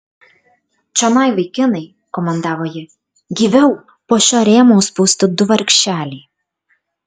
čionai vaikinai komandavo ji gyviau po šiuo rėmo užspausti du vargšeliai